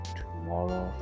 tomorrow